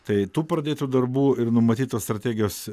tai tų pradėtų darbų ir numatytos strategijos